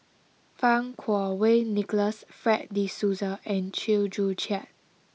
Fang Kuo Wei Nicholas Fred de Souza and Chew Joo Chiat